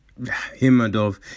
Himadov